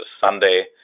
Sunday